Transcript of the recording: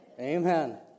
Amen